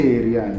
area